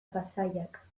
pasaiak